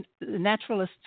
Naturalists